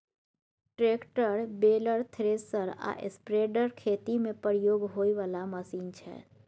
tractor, baler, thresher आ spreader खेती मे प्रयोग होइ बला मशीन छै